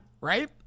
right